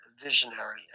visionary